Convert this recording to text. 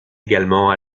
également